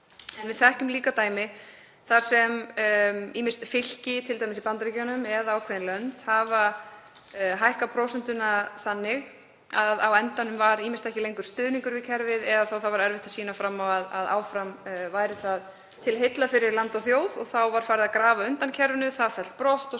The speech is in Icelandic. En við þekkjum líka dæmi þar sem ýmist fylki, t.d. í Bandaríkjunum, eða ákveðin lönd hafa hækkað prósentuna þannig að á endanum var ýmist ekki lengur stuðningur við kerfið eða þá að erfitt var að sýna fram á að það væri áfram til heilla fyrir land og þjóð. Og þá var farið að grafa undan kerfinu, það fellt brott,